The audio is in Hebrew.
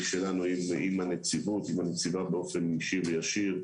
שלנו עם הנציבות ועם הנציבה באופן אישי וישיר.